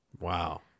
Wow